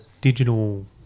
digital